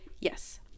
yes